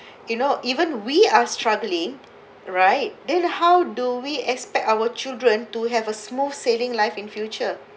you know even we are struggling right then how do we expect our children to have a smooth sailing life in future